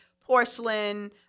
porcelain